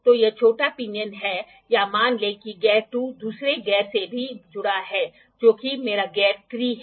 तो यह छोटा पिनियन है या मान लें कि गियर 2 दूसरे गियर से भी जुड़ा है जो कि मेरा गियर 3 है